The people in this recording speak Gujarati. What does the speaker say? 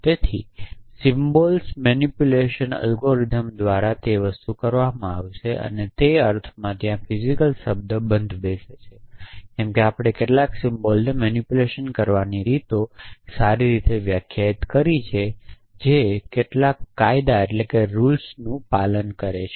તેથી સિમ્બલ્સની મેનીપુલેશન અલ્ગોરિધમ્સ દ્વારા કરવામાં આવશે અને તે અર્થમાં ત્યાં ફિજિકલ શબ્દ બંધબેસે છે કેમકે આપણે કેટલાક સિમ્બલ્સની મેનીપુલેશન કરવાની રીતો સારી રીતે વ્યાખ્યાયિત કરી છે જે કેટલાક કાયદાઓનું પાલન કરે છે